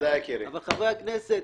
אבל חברי הכנסת,